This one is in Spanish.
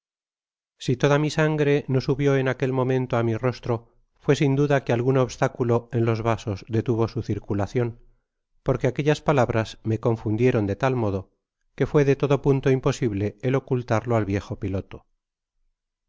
si toda mi sangre no subió en aquel momento á mi rostro fué sin duda que algun obstáculo en los vasos detuvo su circulacion porque aquellas palabras me confundieron de tal modo que fué de todo punto imposible el ocultarlo al viejo piloto